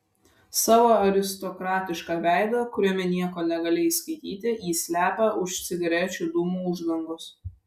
savo aristokratišką veidą kuriame nieko negali išskaityti jis slepia už cigarečių dūmų uždangos